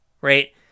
right